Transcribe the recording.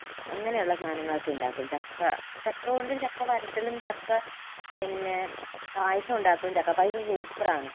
അങ്ങനെയുള്ള സാധനങ്ങളൊക്കെ ഉണ്ടാക്കും ചക്ക ചക്ക കൊണ്ടൊരു ചക്ക വരട്ടലും ചക്ക പിന്നെ പായസം ഉണ്ടാക്കും ചക്ക പായസം സൂപ്പറാണ്